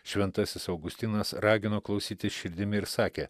šventasis augustinas ragino klausyti širdimi ir sakė